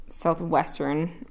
southwestern